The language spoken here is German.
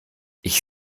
ich